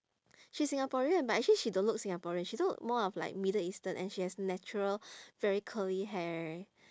she's singaporean but actually she don't look singaporean she look more of like middle eastern and she has natural very curly hair